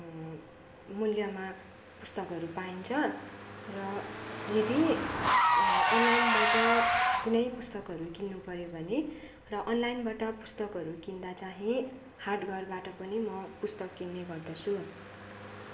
मूल्यमा पुस्तकहरू पाइन्छ र यदि अनलाइनबाट कुनै पुस्तकहरू किन्नु पर्यो भने र अनलाइनबाट पुस्तकहरू किन्दा चाहिँ हाट घरबाट पनि म पुस्तक किन्ने गर्दछु